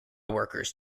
workers